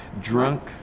drunk